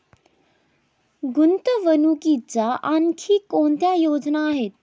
गुंतवणुकीच्या आणखी कोणत्या योजना आहेत?